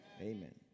Amen